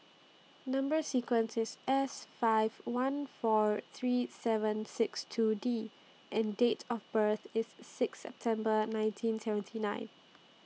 Number sequence IS S five one four three seven six two D and Date of birth IS six September nineteen seventy nine